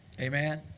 Amen